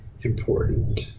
important